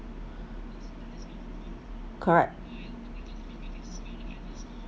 correct